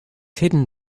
hidden